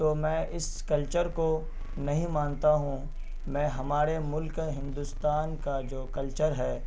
تو میں اس کلچر کو نہیں مانتا ہوں میں ہمارے ملک ہندوستان کا جو کلچر ہے